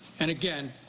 and again,